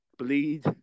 Bleed